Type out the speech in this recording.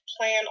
plan